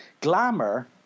glamour